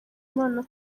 imana